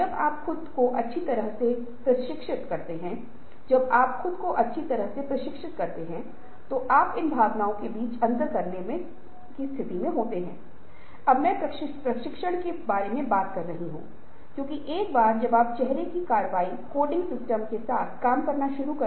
और परिवर्तन को संस्थागत और आंतरिक रूप दें क्योंकि यदि आप परिवर्तन को संस्थागत और आंतरिक करते हैं तो संगठनात्मक स्थिरता होगी कर्मचारी प्रदर्शन ऊपर जाएगा क्योंकि कोई भी परिवर्तन अवांछनीय से वांछनीय अवस्था में चला जाता है